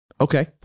Okay